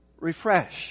Refresh